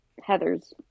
Heathers